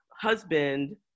husband